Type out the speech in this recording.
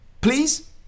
please